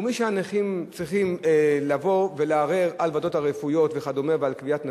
שהנכים צריכים לבוא ולערער על ועדות רפואיות וכדומה ועל קביעת נכות,